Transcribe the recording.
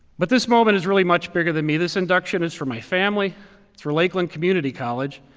but this moment is really much bigger than me. this induction is for my family. it's for lakeland community college.